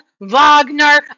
Wagner